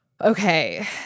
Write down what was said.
okay